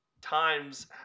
times